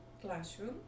classroom